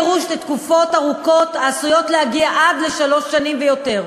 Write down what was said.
גירוש לתקופות ארוכות העשויות להגיע לשלוש שנים ויותר.